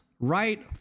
Right